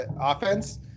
offense